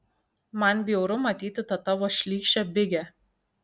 man bjauru matyti tą tavo šlykščią bigę